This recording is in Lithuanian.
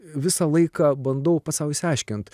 visą laiką bandau pats sau išsiaiškint